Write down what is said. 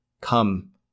Come